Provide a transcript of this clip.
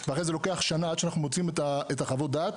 ואחרי זה לוקח שנה עד שאנחנו מוציאים את חוות דעת,